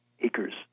acres